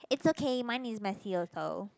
it's okay mine is messy also